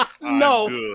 No